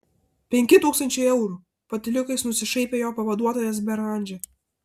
penki tūkstančiai eurų patyliukais nusišaipė jo pavaduotojas beranžė